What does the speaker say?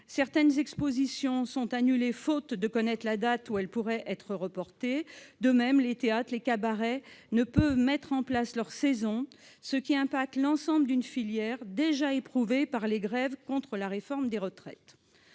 Certaines expositions sont annulées, faute de connaître la date où elles pourraient être reportées. De même, les théâtres et les cabarets ne peuvent mettre en place leur saison, ce qui affecte l'ensemble d'une filière déjà éprouvée par les grèves contre la réforme des retraites.